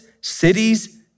cities